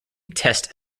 test